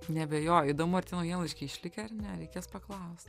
neabejoju įdomu ar tie naujienlaiškiai išlikę ar ne reikės paklaust